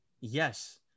yes